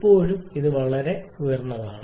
ഇപ്പോഴും വളരെ ഉയർന്നതാണ്